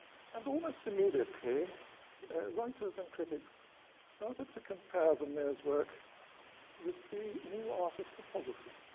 and almost immediately writers and critics started to compare vermeer's work with the new art of photography,